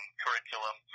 curriculum